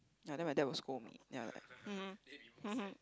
ya then my dad will scold me then I'm like hmm hmm hmm hmm